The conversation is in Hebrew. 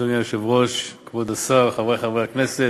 אדוני היושב-ראש, כבוד השר, חברי חברי הכנסת,